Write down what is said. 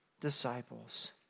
disciples